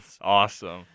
Awesome